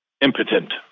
impotent